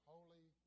Holy